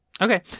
okay